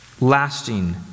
lasting